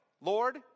Lord